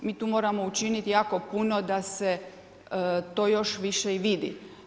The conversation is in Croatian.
Mi tu moramo učiniti jako puno da se to još više i vidi.